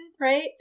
right